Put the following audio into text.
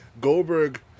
Goldberg